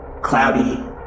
cloudy